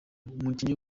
umukinnyi